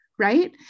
right